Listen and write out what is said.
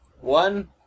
One